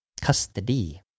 Custody